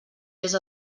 vés